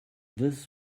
this